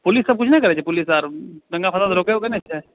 police सब कुछ नहि करै छै पुलिस आओर दंगा फसाद रोके वोके नहि छै